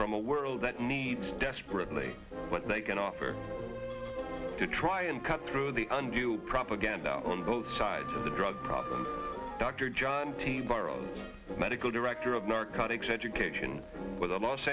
from a world that needs desperate only what they can offer to try and cut through the un do propaganda on both sides of the drug dr john a borrowed medical director of narcotics education with the los